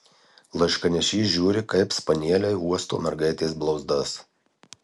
laiškanešys žiūri kaip spanieliai uosto mergaitės blauzdas